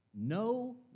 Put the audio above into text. no